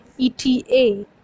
ETA